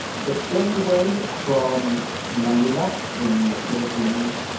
but all the way from manila, in the philippines,